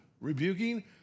Rebuking